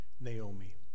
Naomi